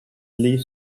leaf